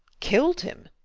killed him.